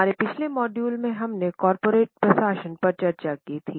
हमारे पिछले मॉड्यूल में हमने कॉर्पोरेट प्रशासन पर चर्चा की थी